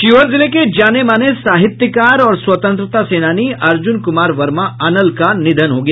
शिवहर जिले के जाने माने साहित्यकार और स्वतंत्रता सेनानी अर्जुन कुमार वर्मा अनल का निधन हो गया